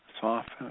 soften